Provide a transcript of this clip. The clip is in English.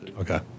Okay